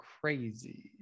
crazy